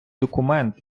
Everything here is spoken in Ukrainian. документ